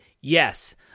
yes